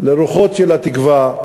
לרוחות של התקווה,